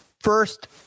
first